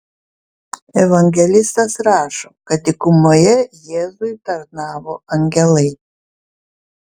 evangelistas rašo kad dykumoje jėzui tarnavo angelai